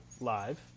live